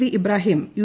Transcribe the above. V Ibrahim U